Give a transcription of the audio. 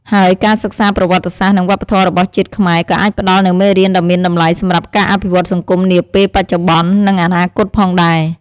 ហើយការសិក្សាប្រវត្តិសាស្រ្ត និងវប្បធម៌របស់ជាតិខ្មែរ ក៏អាចផ្តល់នូវមេរៀនដ៏មានតម្លៃសម្រាប់ការអភិវឌ្ឍសង្គមនាពេលបច្ចុប្បន្ន និងអនាគតផងដែរ។